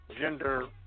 gender